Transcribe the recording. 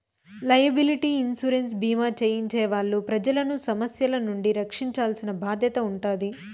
liability insurance భీమా చేయించే వాళ్ళు ప్రజలను సమస్యల నుండి రక్షించాల్సిన బాధ్యత ఉంటాది